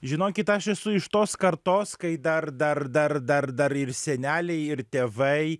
žinokit aš esu iš tos kartos kai dar dar dar dar dar ir seneliai ir tėvai